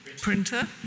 printer